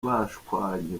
bashwanye